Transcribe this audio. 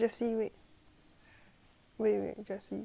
wait wait jessie